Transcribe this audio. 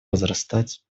возрастать